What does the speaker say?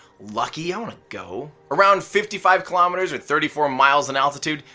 lucky, i wanna go. around fifty five kilometers or thirty four miles in altitude,